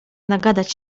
nagadać